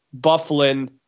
Bufflin